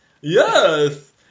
yes